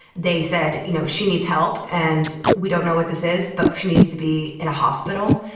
they said you know she needs help and we don't know what this is but she needs to be in a hospital.